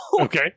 Okay